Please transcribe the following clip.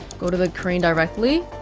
go to the crane directly?